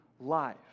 life